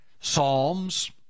psalms